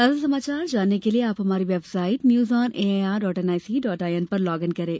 ताजा समाचार जानने के लिए आप हमारी website news on A I R dot N I C dot I N पर लॉग इन करें